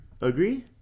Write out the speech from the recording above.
Agree